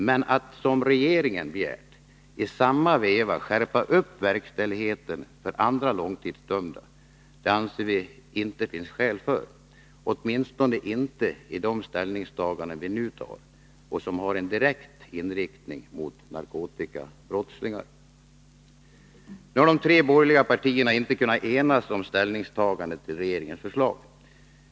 Men att — som regeringen begärt — i samma veva skärpa verkställigheten för andra långtidsdömda anser vi inte att det finns skäl för, åtminstone inte i de ställningstaganden som vi nu gör och som har en direkt inriktning mot narkotikabrottslingar. Nu har de tre borgerliga partierna inte kunnat enas om ställningstagandet till regeringens förslag.